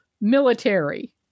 Military